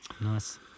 Nice